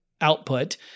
output